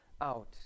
out